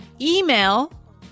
email